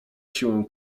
siłę